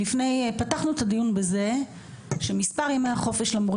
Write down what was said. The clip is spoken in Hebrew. פתחנו את הדיון בזה שמספר ימי החופש למורים